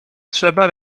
trzeba